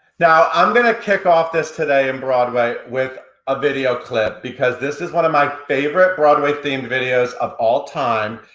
now i'm gonna kick off this today in broadway with a video clip, because this is one of my favorite broadway themed videos of all time.